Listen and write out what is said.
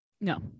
No